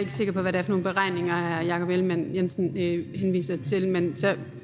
ikke sikker på, hvad det er for nogle beregninger, hr. Jakob Ellemann-Jensen henviser til,